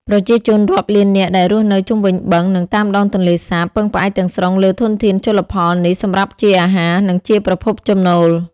ប្រជាជនរាប់លាននាក់ដែលរស់នៅជុំវិញបឹង និងតាមដងទន្លេសាបពឹងផ្អែកទាំងស្រុងលើធនធានជលផលនេះសម្រាប់ជាអាហារ និងជាប្រភពចំណូល។